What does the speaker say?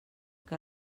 que